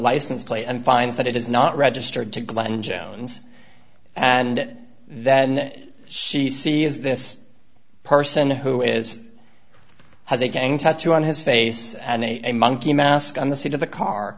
license plate and finds that it is not registered to glenn jones and then she sees this person who is has a gang tattoo on his face and a monkey mask on the seat of the car